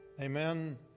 Amen